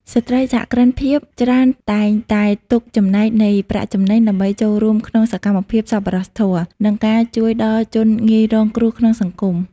ស្ត្រីសហគ្រិនភាគច្រើនតែងតែទុកចំណែកនៃប្រាក់ចំណេញ ដើម្បីចូលរួមក្នុងសកម្មភាពសប្បុរសធម៌ និងការជួយដល់ជនងាយរងគ្រោះក្នុងសង្គម។